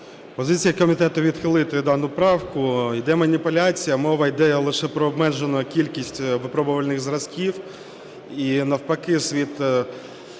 Позиція комітету - відхилити дану правку. Йде маніпуляція, мова йде лише про обмежену кількість випробувальних зразків, і навпаки